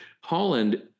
Holland